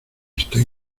estoy